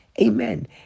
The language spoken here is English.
Amen